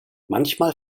manchmal